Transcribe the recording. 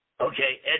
Okay